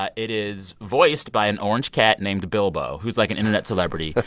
ah it is voiced by an orange cat named bilbo, who's, like, an internet celebrity.